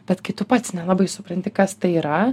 bet kai tu pats nelabai supranti kas tai yra